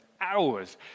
hours